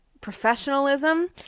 professionalism